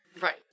Right